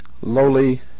lowly